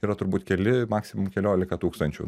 yra turbūt keli maksimum keliolika tūkstančių